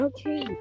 Okay